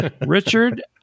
Richard